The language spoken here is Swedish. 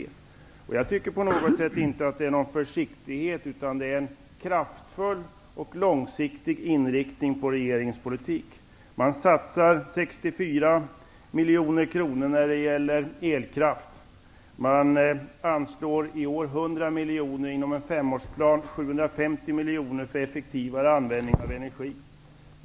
Jag tycker inte att det är fråga om försiktighet utan tvärtom om en kraftfull och långsiktig inriktning på regeringens politik. Man satsar 64 miljoner kronor på elkraft. I år anslår man 100 miljoner enligt en femårsplan och 750 miljoner för effektivare användning av energi.